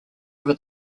over